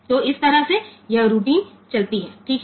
तो इस तरह से यह रूटीन चलती है ठीक है